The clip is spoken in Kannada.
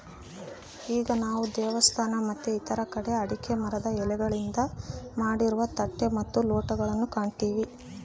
ಈಗ ನಾವು ದೇವಸ್ಥಾನ ಮತ್ತೆ ಇತರ ಕಡೆ ಅಡಿಕೆ ಮರದ ಎಲೆಗಳಿಂದ ಮಾಡಿರುವ ತಟ್ಟೆ ಮತ್ತು ಲೋಟಗಳು ಕಾಣ್ತಿವಿ